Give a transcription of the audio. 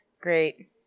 Great